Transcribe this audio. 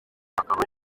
akaba